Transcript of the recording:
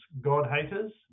God-haters